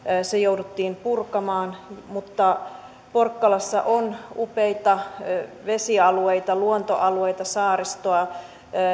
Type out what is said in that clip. se jouduttiin purkamaan porkkalassa on upeita vesialueita luontoalueita saaristoa